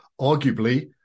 arguably